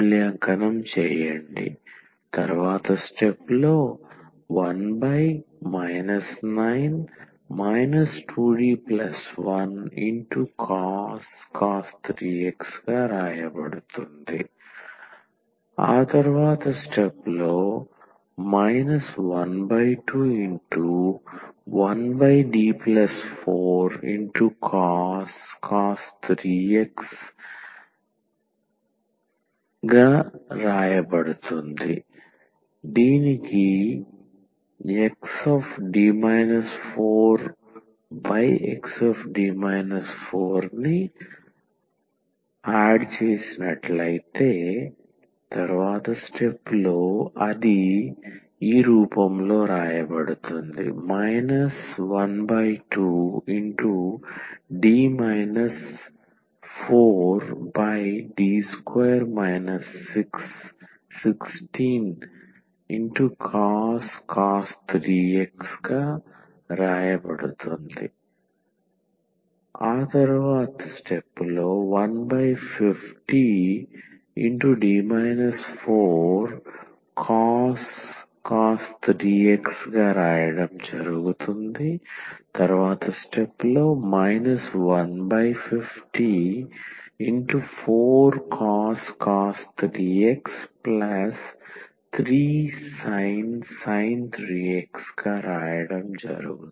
మూల్యాంకనం చేయండి1 D2 2D1cos 3x 1 9 2D1cos 3x 121D4cos 3x ×× 12D 4D2 16cos 3x 150cos 3x 1504cos 3x3sin 3x